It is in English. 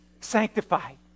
sanctified